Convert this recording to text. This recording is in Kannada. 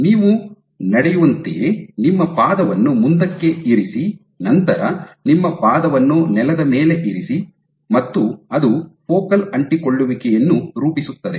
ನೀವು ನಡೆಯುವಂತೆಯೇ ನಿಮ್ಮ ಪಾದವನ್ನು ಮುಂದಕ್ಕೆ ಇರಿಸಿ ನಂತರ ನಿಮ್ಮ ಪಾದವನ್ನು ನೆಲದ ಮೇಲೆ ಇರಿಸಿ ಮತ್ತು ಅದು ಫೋಕಲ್ ಅಂಟಿಕೊಳ್ಳುವಿಕೆಯನ್ನು ರೂಪಿಸುತ್ತದೆ